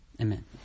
Amen